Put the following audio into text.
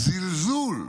הזלזול,